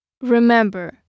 Remember